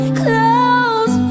close